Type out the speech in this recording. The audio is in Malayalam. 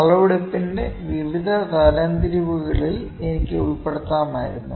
അളവെടുപ്പിന്റെ വിവിധ തരംതിരിവുകളിൽ എനിക്ക് ഉൾപ്പെടുത്താമായിരുന്നു